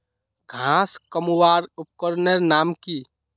घांस कमवार उपकरनेर नाम की?